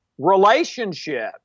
relationship